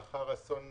לאחר אסון מירון,